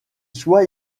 soient